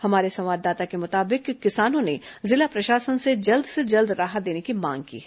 हमारे संवाददाता के मुताबिक किसानों ने जिला प्रशासन से जल्द से जल्द राहत देने की मांग की है